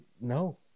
no